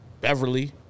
Beverly